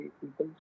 people